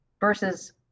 versus